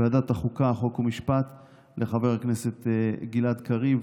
ועדת החוקה, חוק ומשפט חבר הכנסת גלעד קריב